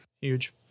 Huge